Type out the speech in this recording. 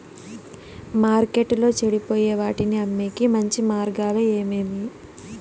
మార్కెట్టులో చెడిపోయే వాటిని అమ్మేకి మంచి మార్గాలు ఏమేమి